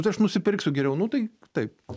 tai aš nusipirksiu geriau nu tai taip